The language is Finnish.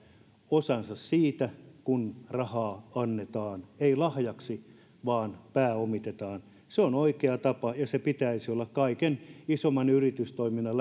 osansa siitä kun rahaa annetaan ei lahjaksi vaan pääomitetaan se on oikea tapa ja sen pitäisi olla kaiken isomman yritystoiminnan